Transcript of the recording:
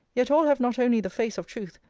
yet all have not only the face of truth,